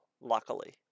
luckily